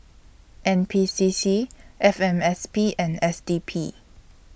N P C C F M S P and S D P